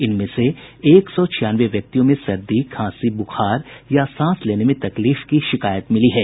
इनमें से एक सौ छियानवे व्यक्तियों में सर्दी खांसी बुखार या सांस लेने में तकलीफ की शिकायत मिली है